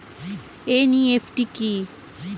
NEFT কি?